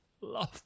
love